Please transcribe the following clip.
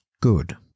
good